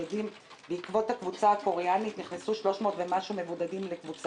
בעקבות הקבוצה הקוריאנית נכנסו שלוש מאות ומשהו לבידוד.